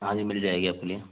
हाँ जी मिल जाएगी आपके लिए